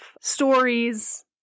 stories